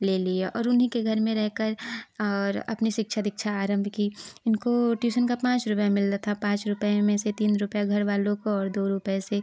ले लिए और उन्हीं के घर में रहकर और अपनी शिक्षा दीक्षा आरंभ की इनको ट्यूसन का पाँच रुपया मिलता था पाँच रुपये में से तीन रुपया घरवाले काे और दो रुपये से